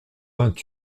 vingt